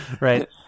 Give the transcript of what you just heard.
Right